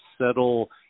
settle